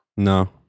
No